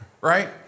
right